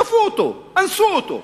כפו אותו, אנסו אותו.